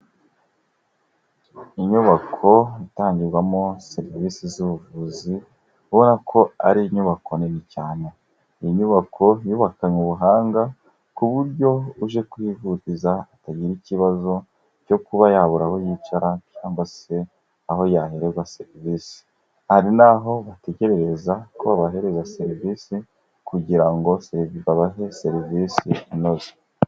Inyubako itangirwamo serivisi z'ubuvuzi, ubona ko ari inyubako nini cyane. Ni inyubako yubakanywe ubuhanga ku buryo uje kuhivuriza atagira ikibazo cyo kuba yabura aho yicara cyangwa se aho yahererwa serivisi, hari n'aho bategerereza ko babahereza serivisi kugira ngo babahe serivisi inoze.